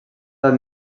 edat